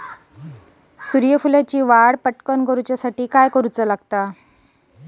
सूर्यफुलाची बहर जलद करण्यासाठी काय करावे लागेल?